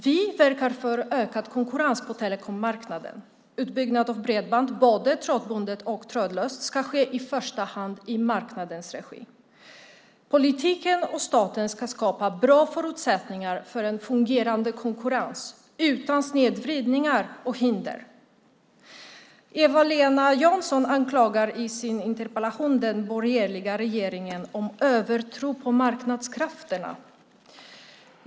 Vi verkar för ökad konkurrens på telekommarknaden. Utbyggnad av bredband, både trådbundet och trådlöst, ska i första hand ske i marknadens regi. Politiken och staten ska skapa bra förutsättningar för en fungerande konkurrens utan snedvridningar och hinder. Eva-Lena Jansson anklagar i sin interpellation den borgerliga regeringen för övertro på marknadskrafterna.